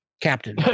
captain